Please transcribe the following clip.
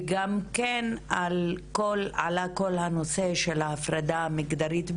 וגם על כל הנושא של ההפרדה המגדרית,